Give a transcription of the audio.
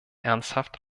ernsthaft